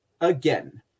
again